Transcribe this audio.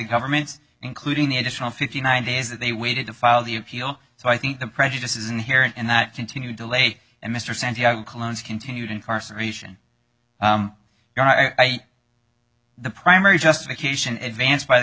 governments including the additional fifty nine days that they waited to file the appeal so i think the prejudice is inherent and that continued the lake and mr santiago colognes continued incarceration the primary justification advanced by the